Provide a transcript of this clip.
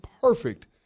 perfect